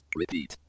repeat